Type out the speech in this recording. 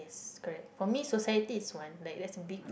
yes correct for me society is one like that's big